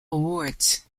awards